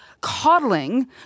coddling